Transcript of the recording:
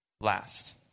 last